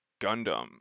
gundam